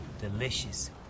delicious